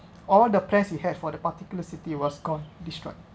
all the plans you had for the particular city was gone destroyed